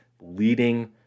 leading